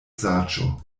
saĝo